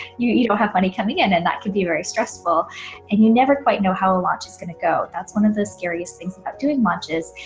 you you don't have money coming in and that can be very stressful and you never quite know how a lot just gonna go that's one of the scariest things about doing launches,